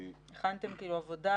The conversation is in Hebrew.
הכנתם עבודה?